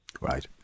Right